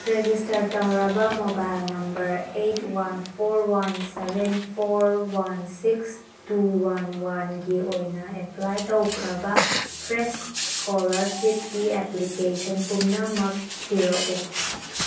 register ꯇꯧꯔꯕ mobile number add one four one seven four one six two one ꯋꯥꯟꯒꯤ ꯑꯣꯏꯅ apply ꯇꯧꯈ꯭ꯔꯥꯕ fresh ꯏꯁꯀꯣꯂ꯭ꯔꯁꯤꯞꯀꯤ ꯑꯦꯞꯄ꯭ꯂꯤꯀꯦꯁꯟ ꯄꯨꯝꯅꯃꯛ ꯊꯤꯔꯛꯎ